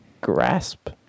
grasp